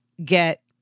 get